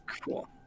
Cool